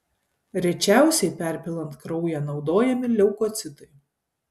rečiausiai perpilant kraują naudojami leukocitai